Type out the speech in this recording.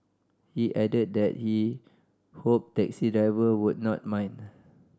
he added that he hoped taxi driver would not mind